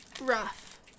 rough